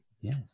Yes